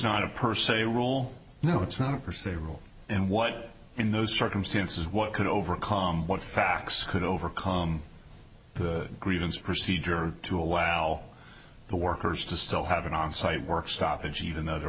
not a per se rule no it's not a perceivable and what in those circumstances what could overcome what facts could overcome the grievance procedure to allow the workers to still have an onsite work stoppage even though there